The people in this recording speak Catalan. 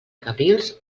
cabrils